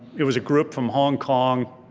it was a group from hong kong,